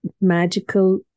magical